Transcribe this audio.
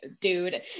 dude